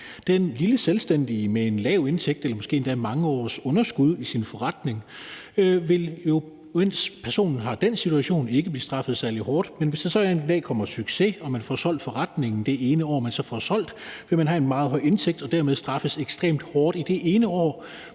Den lille selvstændige med en lav indtægt, som måske har mange års underskud i sin forretning, vil i den situation jo ikke blive straffet særlig hårdt, men hvis der så en dag kommer succes og man får solgt forretningen, vil man det ene år, hvor man får solgt forretningen, have en meget høj indtægt og dermed blive straffet ekstremt hårdt i det ene år,